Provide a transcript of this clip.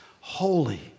Holy